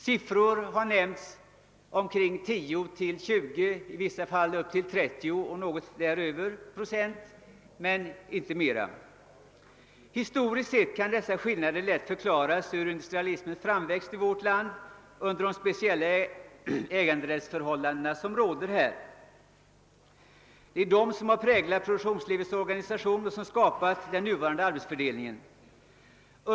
Siffror har nämnts på omkring 10—20 i vissa fall upp till 30 procent och något däröver men inte mera. Historiskt sett kan dessa skillnader lätt förklaras av industrialismens framväxt i vårt land under de speciella äganderättsförhållanden som råder här. Det är detta som präglar produktionslivets organisation och som skapat den nuvarande arbetsfördelningen.